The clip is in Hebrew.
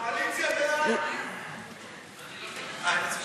קואליציה, בעד.